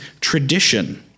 tradition